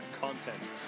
content